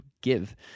give